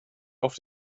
auf